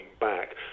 back